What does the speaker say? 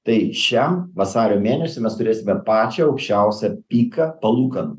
tai šiam vasario mėnesui mes turėsime pačią aukščiausią piką palūkanų